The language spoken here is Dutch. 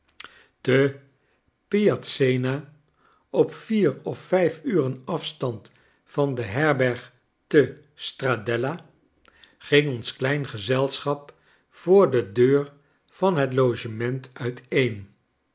te pi ace nz a op vier of vijf urenafstand van de herberg te strada ging ons klein gezelschap voor de deur van het logement uiteen